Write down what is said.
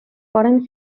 parem